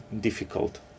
difficult